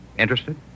Interested